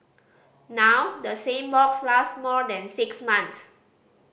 now the same box last more than six months